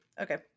Okay